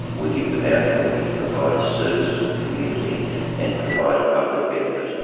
we give them out in order to provide a service to the community and provide a public benefit.